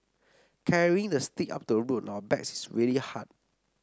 carrying the sick up to the road on our backs is really hard